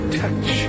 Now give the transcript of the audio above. touch